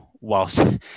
whilst